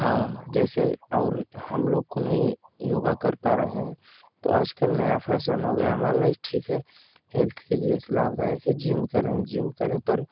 जैसे और हम लोग को नही योग कर पा रहे हैं तो आजकल नया फ़ैसन हो गया है मान लो ठीक है हेल्थ के लिये लाभदायक है जिम कर रहे हैं जिम करें पर